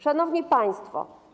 Szanowni Państwo!